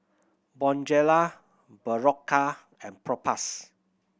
Bonjela Berocca and Propass